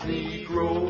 Negro